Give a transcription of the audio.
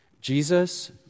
Jesus